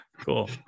Cool